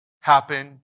happen